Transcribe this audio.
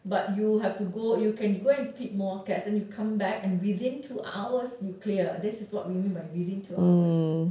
but you have to you go you can go and feed more cats then you come back and within two hours you clear this is what we mean by within two hours